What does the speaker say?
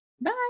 Bye